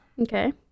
Okay